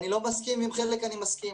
אני מסכים עם חלק מהדברים ועם חלק אני לא מסכים,